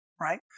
right